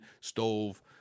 stove